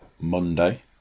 Monday